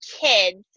kids